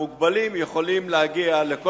שהמוגבלים יכולים להגיע אליהם,